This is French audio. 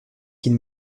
qu’il